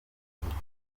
bikorwa